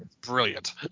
brilliant